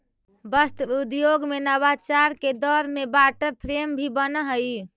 वस्त्र उद्योग में नवाचार के दौर में वाटर फ्रेम भी बनऽ हई